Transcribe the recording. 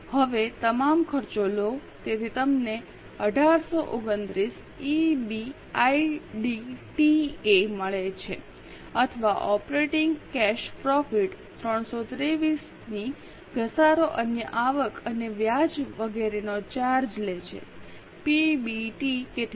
હવે તમામ ખર્ચો લો તેથી તમને 1829 ઈબીઆઈડીટીએ મળે છે અથવા ઓપરેટિંગ કેશ પ્રોફિટ 323 ની ઘસારો અન્ય આવક અને વ્યાજ વગેરેનો ચાર્જ લે છે પીબીટી કેટલું છે